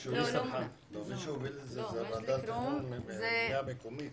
--- זו ועדת התכנון --- המקומית.